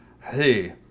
Hey